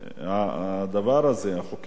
הדבר הזה, החוקים הטובים,